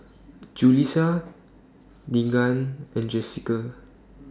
Julissa Deegan and Jessica